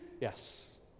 Yes